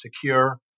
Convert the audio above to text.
secure